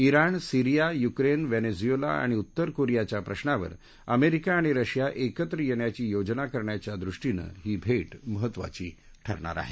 तोण Syria Ukraine Venezuela आणि उत्तर कोरियाच्या प्रश्नावर अमेरिका आणि रशिया एकत्र येण्याची योजना करण्याच्या दृष्टीनं ही भेट महत्त्वाची ठरणार आहे